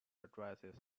addresses